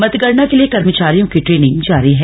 मतगणना के लिए कर्मचारियों की ट्रेनिंग जारी है